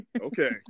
Okay